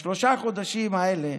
בשלושה חודשים האלה,